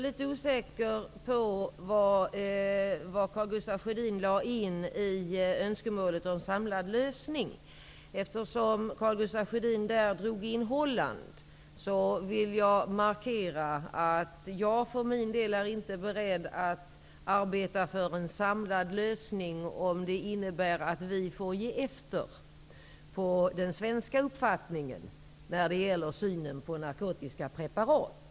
Herr talman! Nu är jag litet osäker på vad Karl Holland, vill jag markera att jag för min del inte är beredd att arbeta för en samlad lösning om det innebär att vi får ge efter på den svenska uppfattningen och synen när det gäller narkotiska preparat.